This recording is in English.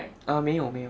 err 没有没有